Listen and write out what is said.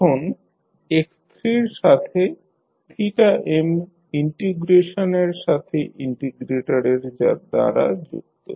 এখন x3 র সাথে m ইনটিগ্রেশনের সাথে ইনটিগ্রেটরের দ্বারা যুক্ত